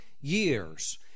years